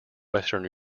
western